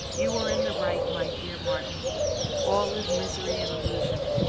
you are in the right, my dear martin all is misery and illusion.